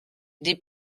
des